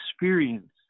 experience